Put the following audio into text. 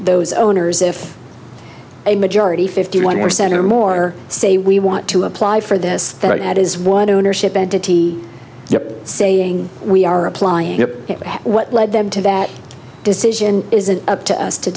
those owners if a majority fifty one percent or more say we want to apply for this that is what ownership entity you're saying we are applying it to what led them to that decision isn't up to us to